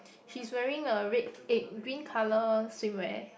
she's wearing a red eh green colour swimwear